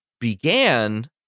began